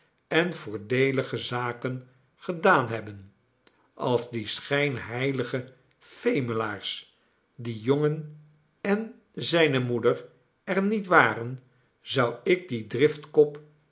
en voordeelige zaken gedaan hebben als die schijnheilige femelaars diejongen en zijne moeder er niet waren zou ik dien driftkop